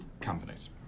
companies